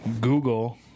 Google